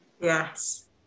Yes